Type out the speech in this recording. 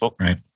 right